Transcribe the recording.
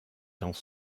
dans